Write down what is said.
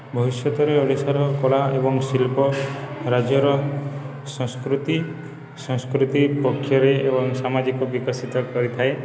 ଭବିଷ୍ୟତରେ ଓଡ଼ିଶାର କଳା ଏବଂ ଶିଳ୍ପ ରାଜ୍ୟର ସଂସ୍କୃତି ସଂସ୍କୃତି ପକ୍ଷରେ ଏବଂ ସାମାଜିକ ବିକଶିତ କରିଥାଏ